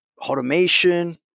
automation